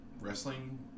wrestling